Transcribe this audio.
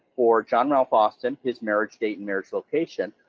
for john ralph austin, his marriage date and marriage location,